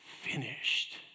finished